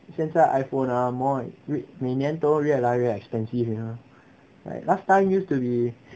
现在 iphone ah more like 每年都越来越 expensive you know like last time used to be